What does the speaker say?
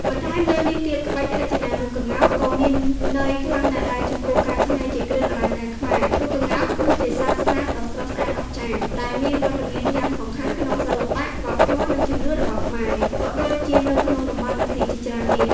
បន្ថែមលើនេះទៀត ក្បាច់រចនារូបក្ងោកក៏មានន័យខ្លាំងដែរចំពោះការច្នៃជាគ្រឿងអលង្ការខ្មែរ ព្រោះក្ងោក គឺជាសត្វស្លាបដ៏ស្រស់ស្អាតអស្ចារ្យ ដែលមានវត្តមានយ៉ាងសំខាន់នៅក្នុងសិល្បៈ វប្បធម៌ និងជំនឿរបស់ខ្មែរ ក៏ដូចជានៅក្នុងតំបន់អាស៊ីជាច្រើនទៀត។